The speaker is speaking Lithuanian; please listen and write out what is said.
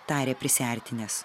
tarė prisiartinęs